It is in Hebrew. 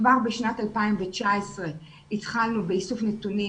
כבר בשנת 2019 התחלנו באיסוף נתונים